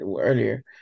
earlier